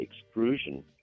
extrusion